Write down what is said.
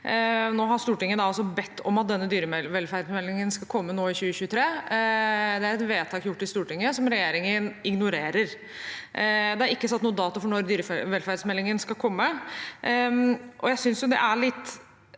Stortinget har bedt om at denne dyrevelferdsmeldingen skal komme nå i 2023, og det er et vedtak gjort i Stortinget som regjeringen ignorerer. Det er ikke satt noen dato for når dyrevelferdsmeldingen skal komme,